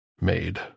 made